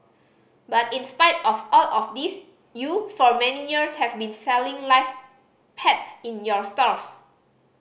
but in spite of all of this you for many years have been selling live pets in your stores